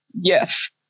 yes